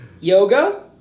Yoga